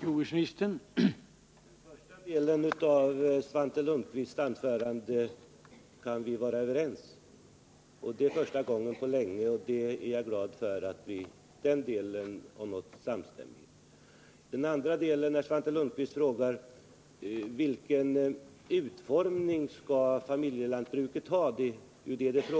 Herr talman! Beträffande första delen av Svante Lundkvists anförande kan vi vara överens. Det är första gången på länge, och jag är glad för att vi i den delen nådde samstämmighet. I den andra delen frågade Svante Lundkvist vilken utformning familjelantbruket skall ha och sade att det